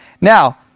Now